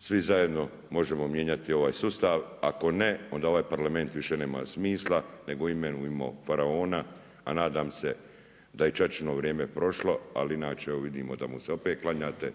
svi zajedno možemo mijenjati ovaj sustav, ako ne, onda ovaj Parlament više nema smisla, nego imenujmo faraona, a nadam se da je i ćaćino vrijeme prošlo, ali inače vidimo, da mu se opet klanjate,